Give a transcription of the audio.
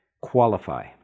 qualify